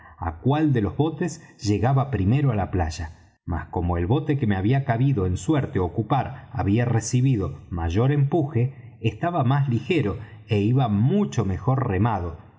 á cuál de los botes llegaba primero á la playa mas como el bote que me había cabido en suerte ocupar había recibido mayor empuje estaba más ligero é iba mucho mejor remado